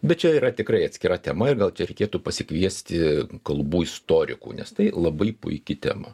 bet čia yra tikrai atskira tema ir gal čia reikėtų pasikviesti kalbų istorikų nes tai labai puiki tema